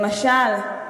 למשל,